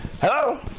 Hello